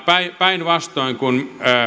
päinvastoin kuin